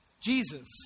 Jesus